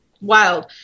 wild